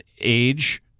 age